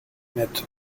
met